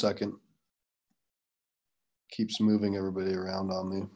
second keeps moving everybody around on me